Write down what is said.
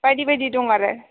बायदि बायदि दं आरो